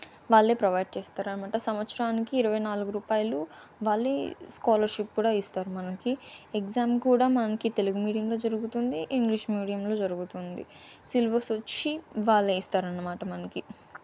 వాళ్ళే ప్రొవైడ్ చేస్తారు అన్నమాట సంవత్సరానికి ఇరవై నాలుగు రూపాయలు వాళ్ళే స్కాలర్షిప్ కూడా ఇస్తారు మనకి ఎగ్జామ్ కూడా మనకి తెలుగు మీడియంలో జరుగుతుంది ఇంగ్లీష్ మీడియంలో జరుగుతుంది సిలబస్ వచ్చి వాళ్ళే ఇస్తారు అన్నమాట మనకి